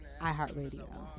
iHeartRadio